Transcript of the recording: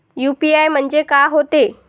UPI म्हणजे का होते?